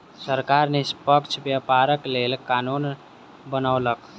सरकार निष्पक्ष व्यापारक लेल कानून बनौलक